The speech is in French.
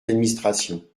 d’administration